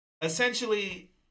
essentially